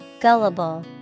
Gullible